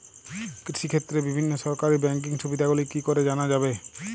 কৃষিক্ষেত্রে বিভিন্ন সরকারি ব্যকিং সুবিধাগুলি কি করে জানা যাবে?